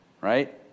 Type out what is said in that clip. right